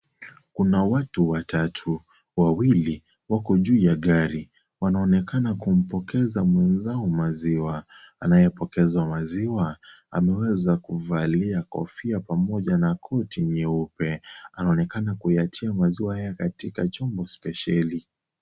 Kuna watu watatu, wawili wako juu ya gari wanaonekana kumpokeza mwenzao maziwa, anayepokezwa maziwa ameweza kuvalia kofia pamoja na koti nyeupe anaonekana kuyatia maziwa haya katika chombo spesheli.